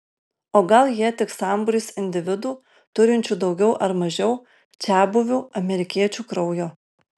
o gal jie tik sambūris individų turinčių daugiau ar mažiau čiabuvių amerikiečių kraujo